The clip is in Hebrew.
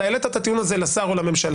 אתה העלית את הטיעון הזה לשר או לממשלה